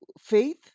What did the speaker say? Faith